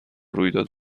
رویداد